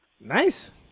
Nice